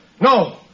No